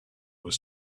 was